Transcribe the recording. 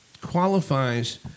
qualifies